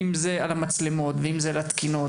אם זה על המצלמות ואם זה על התקינות,